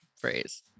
phrase